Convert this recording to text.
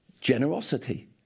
generosity